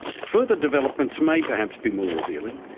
further developments may perhaps be more revealing.